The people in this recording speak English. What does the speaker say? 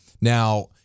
Now